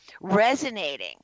resonating